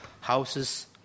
houses